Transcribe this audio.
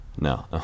no